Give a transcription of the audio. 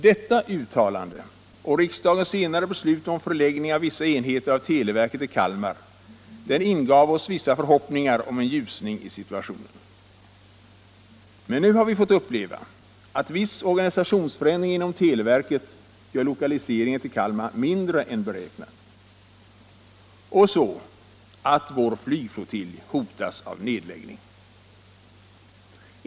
Detta uttalande och riksdagens senare beslut om förläggning av vissa enheter av televerket till Kalmar ingav oss vissa förhoppningar om en ljusning i situationen. Men nu har vi fått uppleva att en viss organisationsförändring inom televerket gör omfattningen av lokalisering till Kalmar mindre än beräknad och dessutom att vår flygflottilj hotas av nedläggning.